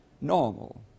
normal